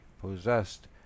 possessed